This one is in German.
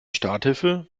starthilfe